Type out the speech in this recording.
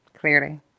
Clearly